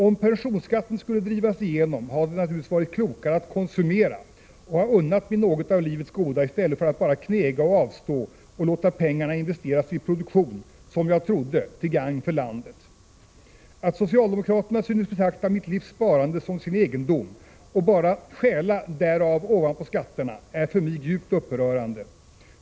Om pensionsskatten skulle drivas igenom hade det naturligtvis varit klokare att konsumera och ha unnat mig något av livets goda i stället för att bara knega och avstå och låta pengarna investeras i produktionen, som jag trodde, till gagn för landet. Att socialdemokraterna synes betrakta mitt livs sparande som sin egendom och bara stjäla därav ovanpå skatterna, är mig djupt upprörande.